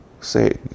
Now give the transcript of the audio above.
say